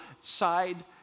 side